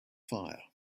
fire